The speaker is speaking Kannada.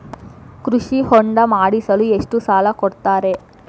ಕೃಷಿ ಹೊಂಡ ಮಾಡಿಸಲು ಎಷ್ಟು ಸಾಲ ಕೊಡ್ತಾರೆ?